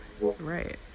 Right